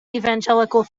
evangelical